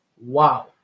Wow